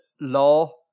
law